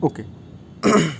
okay